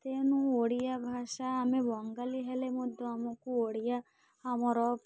ତେଣୁ ଓଡ଼ିଆ ଭାଷା ଆମେ ବଙ୍ଗାଳୀ ହେଲେ ମଧ୍ୟ ଆମକୁ ଓଡ଼ିଆ ଆମର